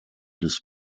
des